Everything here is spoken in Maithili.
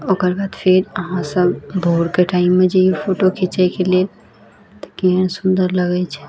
ओकरबाद फेर अहाँ सब भोरके टाइममे जैयौ फोटो खीचैके लेल तऽ केहन सुन्दर लगैत छै